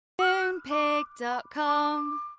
Moonpig.com